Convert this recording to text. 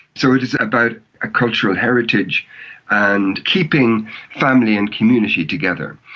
so it is about a cultural heritage and keeping family and community together.